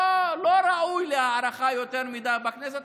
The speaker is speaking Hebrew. לא ראוי ליותר מדי הערכה בכנסת,